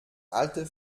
alte